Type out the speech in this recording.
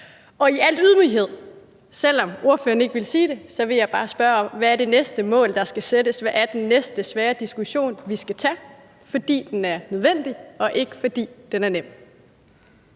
Og i al ydmyghed – selv om ordføreren ikke ville sige det – vil jeg bare spørge: Hvad er det næste mål, der skal sættes? Hvad er den næste svære diskussion, vi skal tage – fordi den er nødvendig og ikke, fordi den er nem?